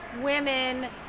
women